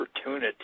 opportunity